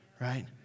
right